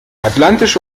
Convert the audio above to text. atlantische